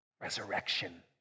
resurrection